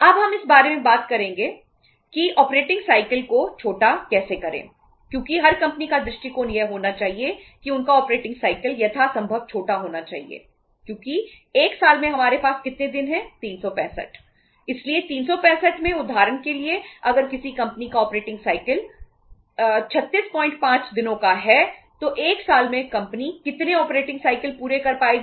अब हम इस बारे में बात करेंगे कि ऑपरेटिंग साइकिल हैं